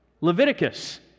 Leviticus